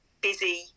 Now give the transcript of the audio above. busy